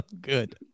good